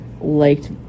liked